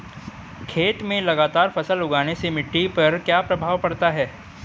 खेत में लगातार फसल उगाने से मिट्टी पर क्या प्रभाव पड़ता है?